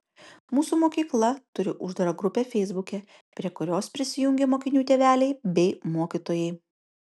mūsų mokykla turi uždarą grupę feisbuke prie kurios prisijungę mokinių tėveliai bei mokytojai